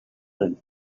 them